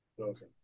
Okay